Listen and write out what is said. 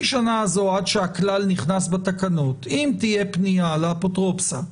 השנה הזו עד שהכלל נכנס בתקנות אם תהיה פנייה לאפוטרופסה,